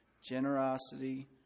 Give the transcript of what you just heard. generosity